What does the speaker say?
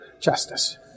justice